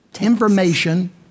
information